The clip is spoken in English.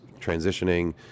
transitioning